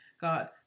God